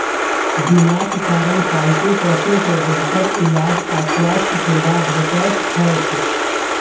बीमाक कारण पालतू पशु कें बेहतर इलाज आ स्वास्थ्य सेवा भेटैत छैक